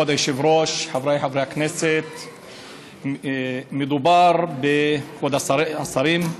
כבוד היושב-ראש, חבריי חברי הכנסת, כבוד השרים,